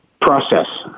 process